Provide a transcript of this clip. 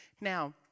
Now